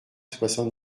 soixante